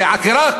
זה עקירה,